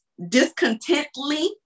discontently